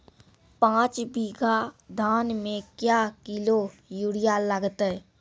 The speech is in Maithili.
पाँच बीघा धान मे क्या किलो यूरिया लागते?